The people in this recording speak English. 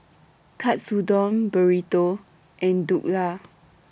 Katsudon Burrito and Dhokla